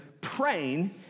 praying